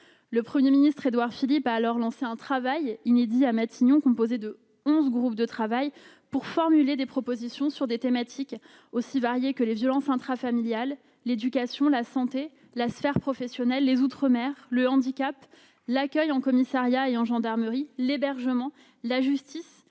Le Premier ministre, Édouard Philippe, a alors lancé un travail inédit à Matignon composé de onze groupes pour formuler des propositions sur des thématiques aussi variées que les violences intrafamiliales, l'éducation, la santé, la sphère professionnelle, les outre-mer, le handicap, l'accueil en commissariat et en gendarmerie, l'hébergement, la justice,